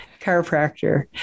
chiropractor